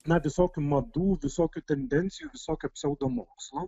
na visokių madų visokių tendencijų visokio pseudomokslo